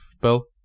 Bill